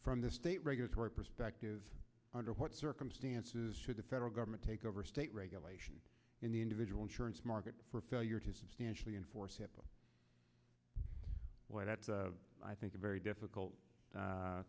from the state regulatory perspective under what circumstances should the federal government take over state regulation in the individual insurance market for failure to substantially enforce hipaa what i think a very difficult